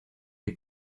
que